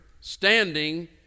standing